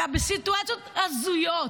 אלא הן סיטואציות הזויות.